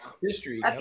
History